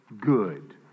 good